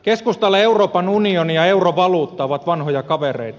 keskustalle euroopan unioni ja eurovaluutta ovat vanhoja kavereita